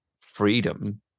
freedom